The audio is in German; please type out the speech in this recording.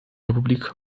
republik